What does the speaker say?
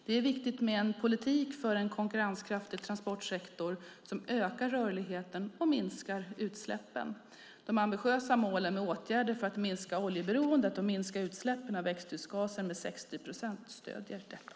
Det är viktigt med en politik för en konkurrenskraftig transportsektor som ökar rörligheten och minskar utsläppen. De ambitiösa målen med åtgärder för att minska oljeberoendet och minska utsläppen av växthusgaser med 60 procent stöder detta.